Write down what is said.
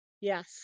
Yes